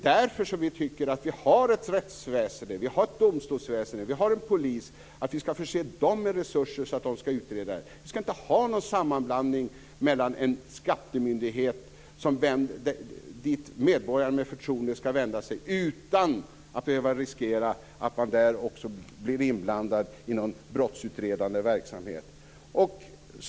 Därför tycker vi att när vi nu har ett rättsväsende, ett domstolsväsende och en polis skall vi förse dem med resurser så att de kan göra utredningar. Det skall inte vara någon sammanblandning. Medborgaren skall med förtroende kunna vända sig till en skattemyndighet utan att behöva riskera att där bli inblandad i någon brottsutredande verksamhet.